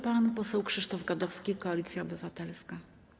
Pan poseł Krzysztof Gadowski, Koalicja Obywatelska.